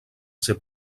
ser